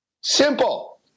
Simple